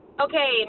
okay